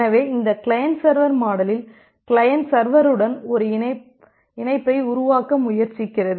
எனவே இந்த client server மாடலில் கிளையன்ட் சர்வருடன் ஒரு இணைப்பை உருவாக்க முயற்சிக்கிறது